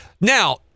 Now